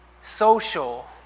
social